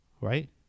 right